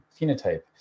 phenotype